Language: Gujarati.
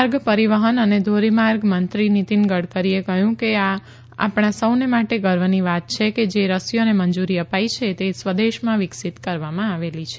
માર્ગ પરીવહન અને ધોરીમાર્ગ મંત્રી નીતીન ગડકરીને કહ્યું કે આ આપણા સૌને માટે ગર્વની વાત છે કે જે રસીઓને મંજુરી અપાઇ છે તે સ્વદેશમાં વિકસીત કરવામાં આવેલી છે